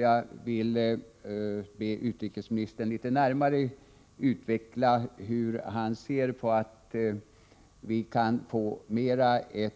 Jag vill be utrikesministern att litet närmare utveckla hur han ser på våra möjligheter att få ett